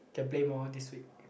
can play more this week